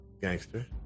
gangster